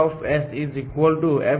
ff f